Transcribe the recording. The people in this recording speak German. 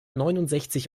neunundsechzig